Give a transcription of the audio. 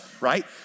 right